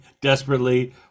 desperately